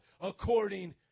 according